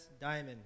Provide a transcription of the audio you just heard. diamond